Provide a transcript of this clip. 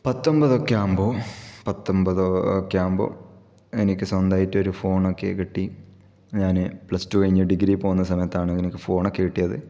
പത്തൊമ്പത് ഒക്കെ ആകുമ്പോൾ പത്തൊമ്പതോ ഒക്കെ ആകുമ്പോൾ എനിക്ക് സ്വന്തമായിട്ടൊരു ഫോണൊക്കെ കിട്ടി ഞാന് പ്ലസ് ടു കഴിഞ്ഞു ഡിഗ്രി പോകുന്ന സമയത്താണ് എനിക്ക് ഫോണൊക്കെ കിട്ടിയത്